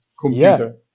computer